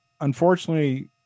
unfortunately